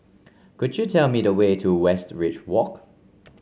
could you tell me the way to Westridge Walk